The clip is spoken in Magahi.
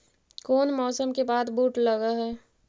कोन मौसम के बाद बुट लग है?